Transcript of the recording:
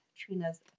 Trina's